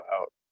out